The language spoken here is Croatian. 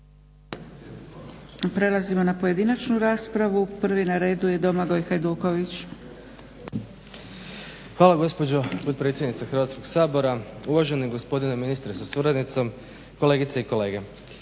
Prelazimo na pojedinačnu raspravu. Prvi na redu je Domagoj Hajduković. **Hajduković, Domagoj (SDP)** hvala gospođo potpredsjednice Hrvatskog sabora. Uvaženi gospodine ministre sa suradnicom, kolegice i kolege.